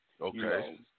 Okay